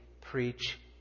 preach